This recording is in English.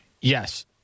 Yes